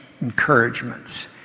encouragements